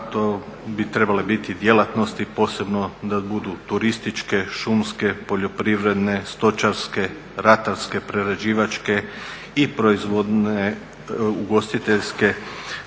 to bi trebale biti djelatnosti, posebno da budu turističke, šumske, poljoprivredne, stočarske, ratarske, prerađivačke i proizvodne, ugostiteljske